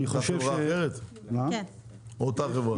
חברה אחרת או אותה חברה?